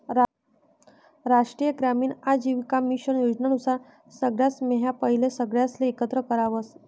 राष्ट्रीय ग्रामीण आजीविका मिशन योजना नुसार सगळासम्हा पहिले सगळासले एकत्र करावस